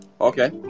Okay